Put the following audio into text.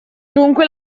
dunque